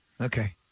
Okay